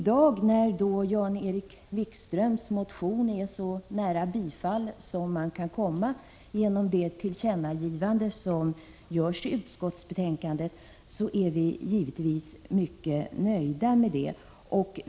Jan-Erik Wikströms motion är i dag så nära ett bifall som den kan komma, genom det tillkännagivande som görs i utskottsbetänkandet, och vi är givetvis mycket nöjda med det.